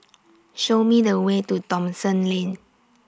Show Me The Way to Thomson Lane